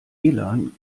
lan